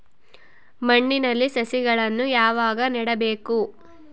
ಮಣ್ಣಿನಲ್ಲಿ ಸಸಿಗಳನ್ನು ಯಾವಾಗ ನೆಡಬೇಕು?